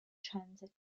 transit